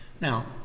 Now